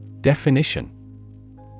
Definition